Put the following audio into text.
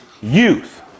youth